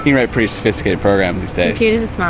write pretty sophisticated programs these days.